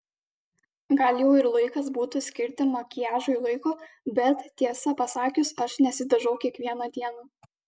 gal jau ir laikas būtų skirti makiažui laiko bet tiesą pasakius aš nesidažau kiekvieną dieną